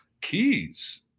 Keys